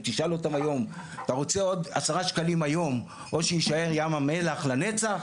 אם תשאל אותם היום אתה רוצה עוד 10 שקלים היום או שיישאר ים המלח לנצח,